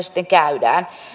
sitten käydään